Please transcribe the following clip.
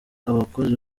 abakozi